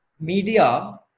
media